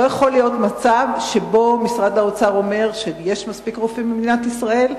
לא יכול להיות מצב שבו משרד האוצר אומר שיש מספיק רופאים במדינת ישראל.